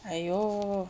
!aiyo!